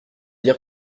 dire